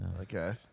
okay